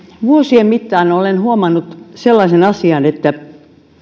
vuosien mittaan olen huomannut sellaisen asian että